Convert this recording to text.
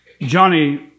Johnny